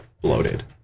bloated